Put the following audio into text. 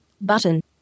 Button